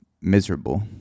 miserable